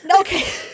Okay